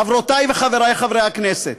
חברותי וחברי חברי הכנסת,